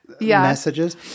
messages